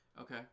Okay